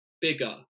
bigger